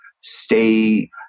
stay